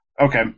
Okay